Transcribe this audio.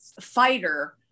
fighter